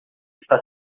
está